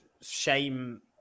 shame